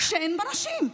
שאין בה נשים.